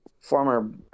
Former